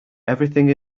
everything